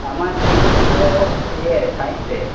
আমার স্ট্রিম ছিলো ইয়ে সায়েন্সের